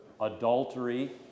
adultery